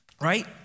right